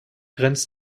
grenzt